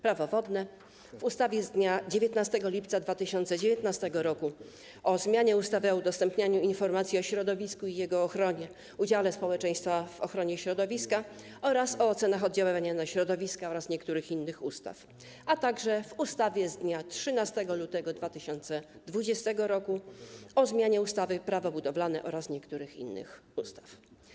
Prawo wodne, w ustawie z dnia 19 lipca 2019 r. o zmianie ustawy o udostępnianiu informacji o środowisku i jego ochronie, udziale społeczeństwa w ochronie środowiska oraz o ocenach oddziaływania na środowisko oraz niektórych innych ustaw, a także w ustawie z dnia 13 lutego 2020 r. o zmianie ustawy - Prawo budowlane oraz niektórych innych ustaw.